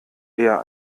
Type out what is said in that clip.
eher